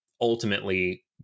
ultimately